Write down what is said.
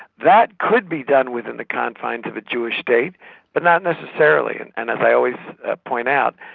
that could be done within the confines of a jewish state but not necessarily. and and as i always ah point out,